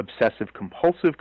obsessive-compulsive